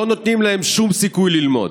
לא נותנים להם שום סיכוי ללמוד.